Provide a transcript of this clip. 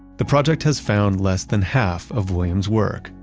the project has found less than half of williams' work.